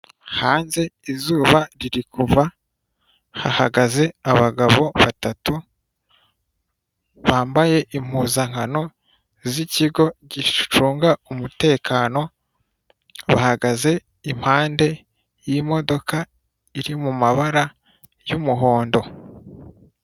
Hanze izuba riri kuva hahagaze abagabo batatu bambaye impuzankano z'ikigo gicunga umutekano, bahagaze impande y'imodoka iri mu mabara y'umuhondo.